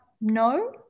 no